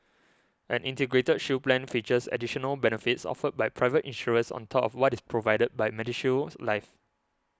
an Integrated Shield Plan features additional benefits offered by private insurers on top of what is provided by MediShield Life